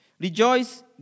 Rejoice